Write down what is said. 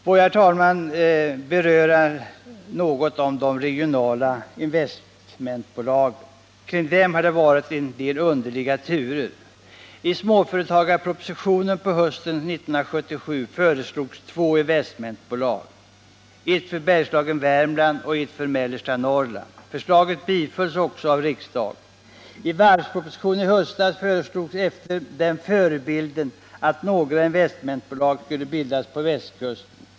Får jag, herr talman, något beröra de regionala investmentbolagen. Kring dem har det varit en del underliga turer. I småföretagspropositionen på hösten 1977 föreslogs två investmentbolag, ett för Bergslagen och Värmland och ett för mellersta Norrland. Förslaget bifölls också av riksdagen. I varvspropositionen i höstas föreslogs efter den förebilden att några investmentbolag skulle bildas också på Västkusten.